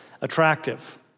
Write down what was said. attractive